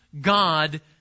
God